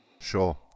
Sure